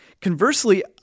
Conversely